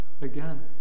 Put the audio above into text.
again